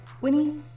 Winnie